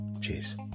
cheers